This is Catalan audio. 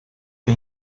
que